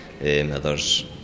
Others